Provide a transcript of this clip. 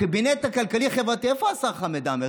הקבינט הכלכלי-חברתי איפה השר חמד עמאר,